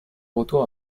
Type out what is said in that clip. retour